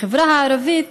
החברה הערבית